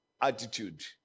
attitude